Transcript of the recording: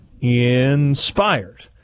inspired